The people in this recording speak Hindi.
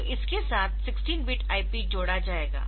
तो इसके साथ 16 बिट IP जोड़ा जाएगा